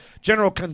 General